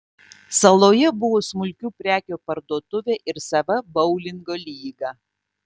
saloje buvo smulkių prekių parduotuvė ir sava boulingo lyga